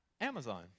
Amazon